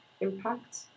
impact